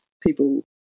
people